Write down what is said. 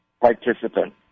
participant